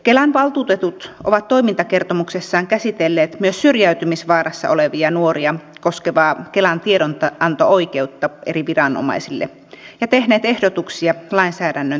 kelan valtuutetut ovat toimintakertomuksessaan käsitelleet myös syrjäytymisvaarassa olevia nuoria koskevaa kelan tiedonanto oikeutta eri viranomaisille ja tehneet ehdotuksia lainsäädännön täydentämisestä